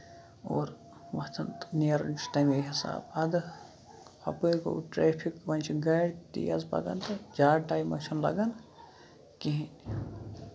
اور وۄتھان تہٕ نیران چھُ تَمہِ حِسابہٕ اَدٕ ہُپٲرۍ گوٚو ٹریفِک وۄنۍ چھِ گاڑِ تیٖز پَکان تہٕ جادٕ ٹایما چھُنہٕ لگان کِہینۍ تہِ